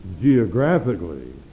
geographically